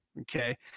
Okay